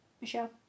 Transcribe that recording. Michelle